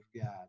God